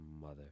Mother